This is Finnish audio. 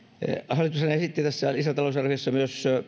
hallitushan esitti tässä lisätalousarviossa myös